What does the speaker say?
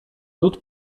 lud